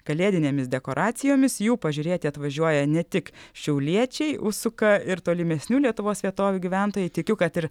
kalėdinėmis dekoracijomis jų pažiūrėti atvažiuoja ne tik šiauliečiai užsuka ir tolimesnių lietuvos vietovių gyventojai tikiu kad ir